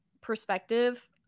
perspective